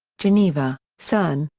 geneva cern,